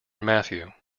matthew